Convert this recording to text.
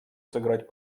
сыграть